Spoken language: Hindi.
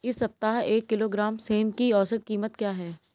इस सप्ताह एक किलोग्राम सेम की औसत कीमत क्या है?